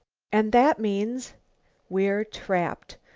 and that means we're trapped!